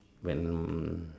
when